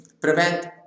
prevent